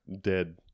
dead